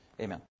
Amen